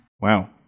wow